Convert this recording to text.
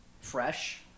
fresh